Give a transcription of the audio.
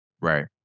Right